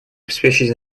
обеспечить